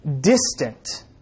distant